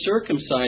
circumcised